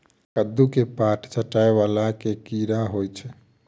कद्दू केँ पात चाटय वला केँ कीड़ा होइ छै?